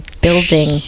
building